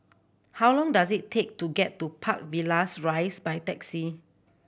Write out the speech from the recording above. how long does it take to get to Park Villas Rise by taxi